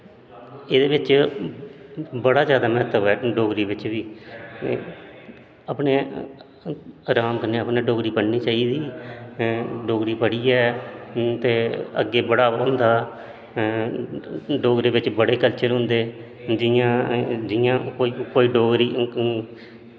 एह्दै बिच्च बड़ा जादा मैह्त्व ऐ डोगरी बिच्च बी अपनै राम कन्नै अपनै डोगरी पढ़नी चाही दी डोगरी पढ़ियै ते अग्गैं बड़ावा होंदा डोगरी बिच्च बड़े कल्चर होंदे जियां कोई डोगरी